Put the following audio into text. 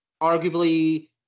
arguably